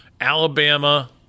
Alabama